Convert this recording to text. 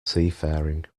seafaring